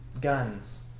guns